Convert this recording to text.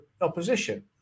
opposition